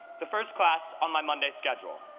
the first class on my monday schedule.